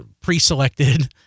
pre-selected